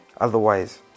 otherwise